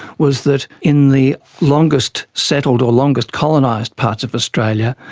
was that in the longest settled, or longest colonised parts of australia,